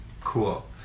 Cool